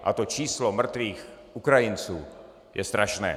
A to číslo mrtvých Ukrajinců je strašné.